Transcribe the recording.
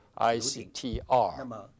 ICTR